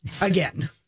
again